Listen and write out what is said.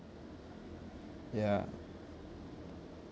ya